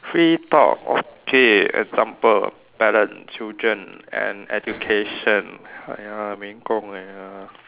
free talk okay example parents children and education !aiya! 没空 !aiya!